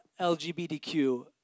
LGBTQ